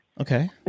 Okay